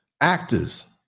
actors